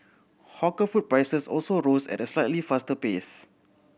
hawker food prices also rose at a slightly faster pace